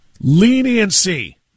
Leniency